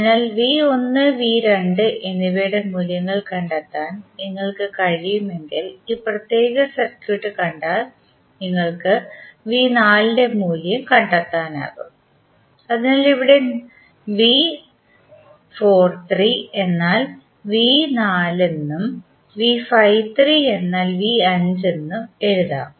അതിനാൽ എന്നിവയുടെ മൂല്യം കണ്ടെത്താൻ നിങ്ങൾക്ക് കഴിയുമെങ്കിൽ ഈ പ്രത്യേക സർക്യൂട്ട് കണ്ടാൽ നിങ്ങൾക്ക് ന്റെ മൂല്യം കണ്ടെത്താനാകും അതിനാൽ ഇവിടെ എന്നും എന്നാൽ എന്നും എഴുതാം